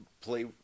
play